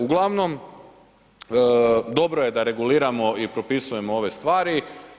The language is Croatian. Uglavnom, dobro je da reguliramo i propisujemo ove stvari.